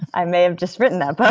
i may have just written a book,